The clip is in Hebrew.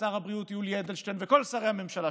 ושר הבריאות יולי אדלשטיין וכל שרי הממשלה,